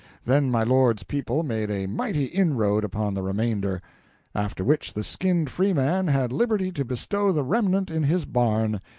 then my lord's people made a mighty inroad upon the remainder after which, the skinned freeman had liberty to bestow the remnant in his barn,